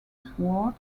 sword